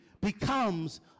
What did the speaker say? becomes